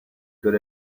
good